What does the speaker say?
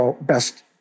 best